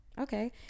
Okay